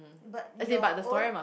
but your own